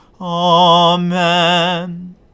Amen